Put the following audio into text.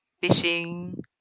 fishing